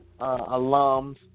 alums